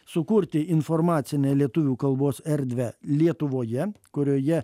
sukurti informacinę lietuvių kalbos erdvę lietuvoje kurioje